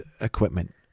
equipment